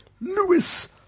Lewis